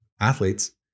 athletes